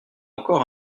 encore